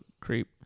creep